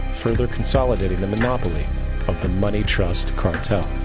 further consolidating the monopoly of the money trust cartel.